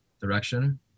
direction